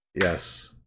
Yes